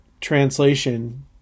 translation